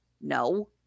No